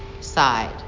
side